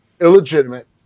illegitimate